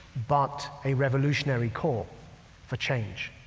but a revolutionary call for change.